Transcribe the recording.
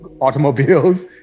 automobiles